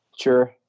Sure